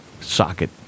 socket